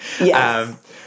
Yes